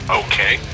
okay